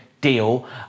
deal